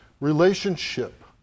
relationship